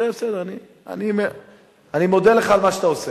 בסדר, בסדר, אני מודה לך על כל מה שאתה עושה.